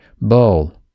bowl